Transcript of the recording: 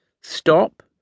stop